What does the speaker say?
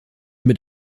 mit